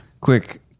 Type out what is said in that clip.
Quick